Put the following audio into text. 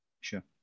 Sure